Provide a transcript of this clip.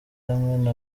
hamwe